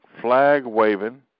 flag-waving